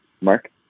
Mark